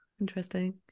interesting